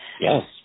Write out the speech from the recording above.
yes